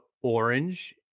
orange